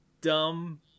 dumb